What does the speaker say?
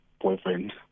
boyfriend